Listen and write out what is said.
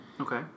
Okay